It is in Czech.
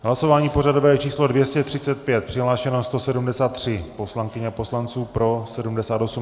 V hlasování pořadové číslo 235 přihlášeni 173 poslanci a poslankyně, pro 78 .